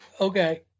Okay